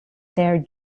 their